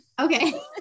Okay